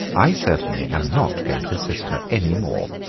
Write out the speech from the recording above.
i certainly am not going to assist her any more.